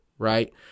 right